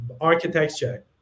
architecture